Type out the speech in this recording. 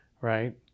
right